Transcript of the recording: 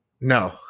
No